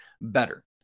better